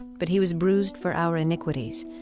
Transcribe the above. but he was bruised for our iniquities.